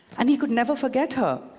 and he could never forget her.